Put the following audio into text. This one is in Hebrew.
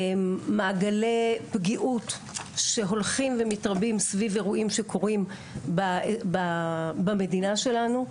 מעגלי פגיעות שהולכים ומתרבים סביב אירועים שקורים במדינה שלנו.